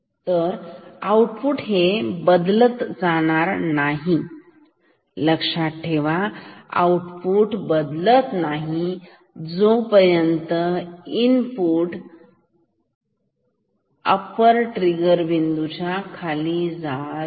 तर आउटपुट हे बदलणार नाही हे लक्षात ठेवा आउटपुट बदलत नाही जोपर्यंत इनपुट अप्पर ट्रिगर बिंदूच्या खाली जात नाही